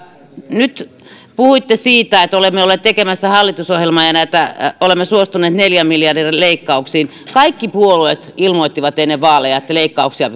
nyt puhuitte siitä että olemme olleet tekemässä hallitusohjelmaa ja olemme suostuneet neljän miljardin leikkauksiin kaikki puolueet ilmoittivat ennen vaaleja että leikkauksia